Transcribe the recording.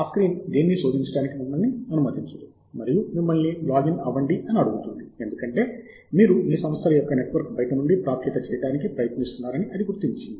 ఆ స్క్రీన్ దేనినీ శోధించడానికి మిమ్మల్ని అనుమతించదు మరియు మిమ్మల్ని లాగిన్ అవ్వండి అని అడుగుతుంది ఎందుకంటే మీరు మీ సంస్థల యొక్క నెట్వర్క్ బయటి నుండి ప్రాప్యత చేయడానికి ప్రయత్నిస్తున్నారని అది గుర్తించింది